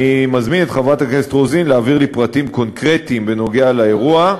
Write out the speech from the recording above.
אני מזמין את חברת הכנסת רוזין להעביר לי פרטים קונקרטיים בנוגע לאירוע,